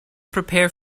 prepare